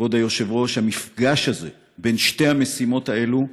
כבוד היושב-ראש, המפגש הזה בין שתי המשימות האלה,